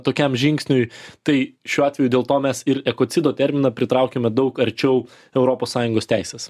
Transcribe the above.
tokiam žingsniui tai šiuo atveju dėl to mes ir ekocido terminą pritraukiame daug arčiau europos sąjungos teisės